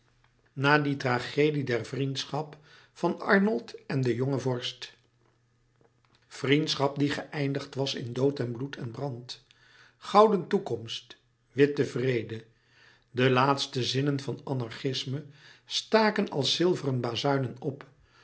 na die tragedie der vriendschap van arnold en den jongen vorst vriendschap die geëindigd was in dood en bloed en brand gouden toekomst witte vrede de laatste zinnen van anarchisme staken als zilveren bazuinen op